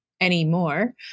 anymore